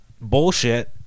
bullshit